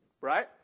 right